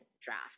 draft